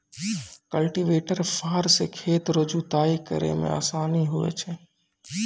cultivator फार से खेत रो जुताइ करै मे आसान हुवै छै